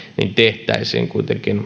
niitä tehtäisiin kuitenkin